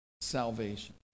salvation